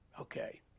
okay